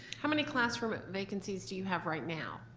how many classroom vacancies do you have right now?